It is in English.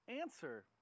answer